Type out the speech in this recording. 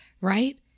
right